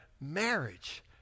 marriage